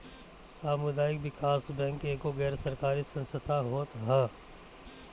सामुदायिक विकास बैंक एगो गैर सरकारी संस्था होत हअ